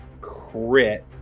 crit